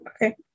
Okay